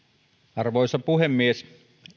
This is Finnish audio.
arvoisa puhemies